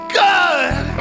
good